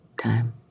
time